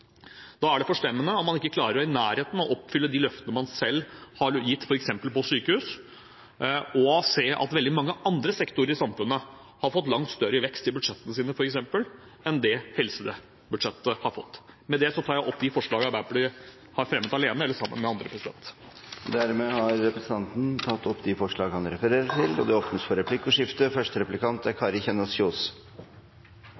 Da er det forstemmende at man ikke er i nærheten av å klare å oppfylle løftene man selv har gitt f.eks. innen sykehus, og å se at veldig mange andre sektorer i samfunnet har fått langt større vekst i budsjettene sine enn det helsebudsjettet har fått. Med det tar jeg opp forslagene Arbeiderpartiet har fremmet, det vi har fremmet alene, og dem vi har fremmet sammen med andre. Da har representanten Torgeir Micaelsen tatt opp forslagene han refererte til. Det blir replikkordskifte.